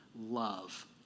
love